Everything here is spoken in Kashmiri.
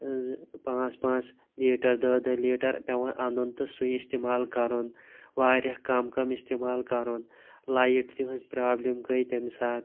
پانژھ پانژھ لیٹَر دہ دہ لیٹَر پیٚوان اَنُن تہٕ سُے اِستعمال کَرُن وارِیاہ کَم کَم اِستعمال کَرُن لایِٹہِ ہنٛز پرابلِم گٔے تمہِ ساتہٕ